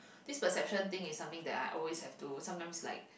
this perception thing is something that I always have to sometimes like